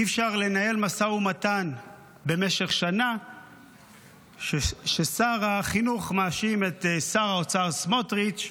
אי-אפשר לנהל משא ומתן במשך שנה כששר החינוך מאשים את שר האוצר סמוטריץ'